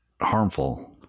harmful